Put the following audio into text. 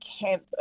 camp